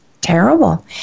terrible